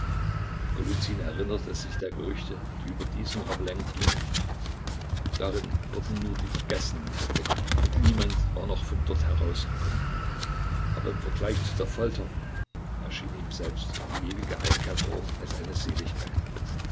erinnerte sich der gerüchte die über diesen ravelin gingen darin wurden nur die vergessenen untergebracht und niemand war noch von dort herausgekommen aber im vergleich zu der folter erschien ihm selbst die ewige einkerkerung als eine seligkeit